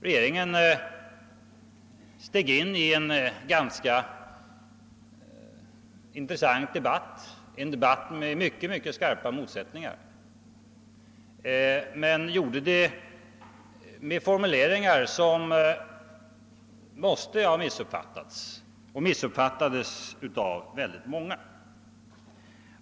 Regeringen steg in i en ganska intressant debatt med mycket skarpa motsättningar. Den gjorde det med formuleringar som genom sin mångtydighet måste missuppfattas av många, och så blev också fallet.